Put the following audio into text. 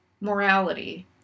morality